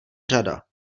řada